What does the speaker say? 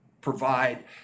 provide